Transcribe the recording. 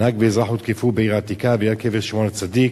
נהג ואזרח הותקפו בעיר העתיקה וליד קבר שמעון הצדיק,